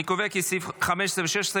אני קובע כי סעיפים 15 ו-16,